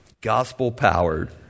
gospel-powered